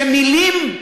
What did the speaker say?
שמילים,